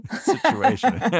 situation